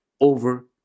over